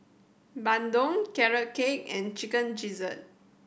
bandung Carrot Cake and Chicken Gizzard